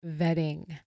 vetting